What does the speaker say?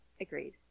Agreed